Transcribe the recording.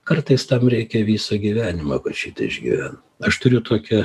kartais tam reikia viso gyvenimo kad šitą išgyven aš turiu tokią